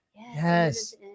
Yes